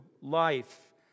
life